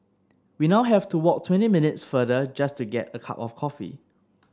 we now have to walk twenty minutes farther just to get a cup of coffee